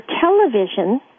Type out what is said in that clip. television